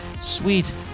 sweet